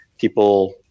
People